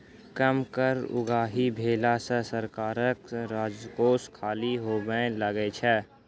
कम कर उगाही भेला सॅ सरकारक राजकोष खाली होमय लगै छै